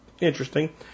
interesting